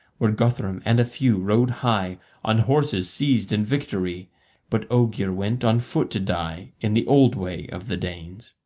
where guthrum and a few rode high on horses seized in victory but ogier went on foot to die, in the old way of the danes.